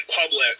public